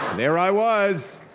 there i was,